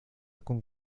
con